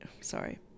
Sorry